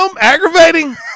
aggravating